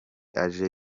aje